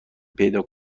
پیدا